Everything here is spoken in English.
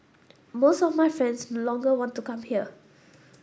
most of my friends no longer want to come here